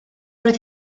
roedd